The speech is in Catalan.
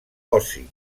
oci